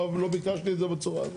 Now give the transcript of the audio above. לא ביקשתי את זה בצורה הזאת.